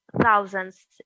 Thousands